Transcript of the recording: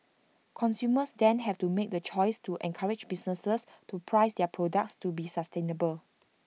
consumers then have to make the choice to encourage businesses to price their products to be sustainable